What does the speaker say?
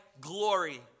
glory